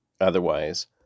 Otherwise